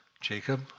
Jacob